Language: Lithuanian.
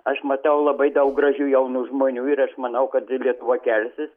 aš matau labai daug gražių jaunų žmonių ir aš manau kad lietuva kelsis